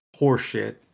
horseshit